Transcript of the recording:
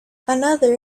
another